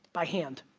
by hand.